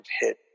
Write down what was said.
hit